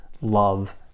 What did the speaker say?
love